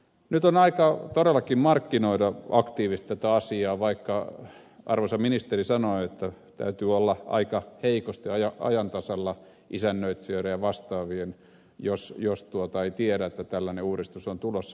nyt on todellakin aika markkinoida aktiivisesti tätä asiaa vaikka arvoisa ministeri sanoi että täytyy olla aika heikosti ajan tasalla isännöitsijöiden ja vastaavien jolleivät tiedä että tällainen uudistus on tulossa